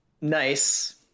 nice